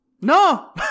No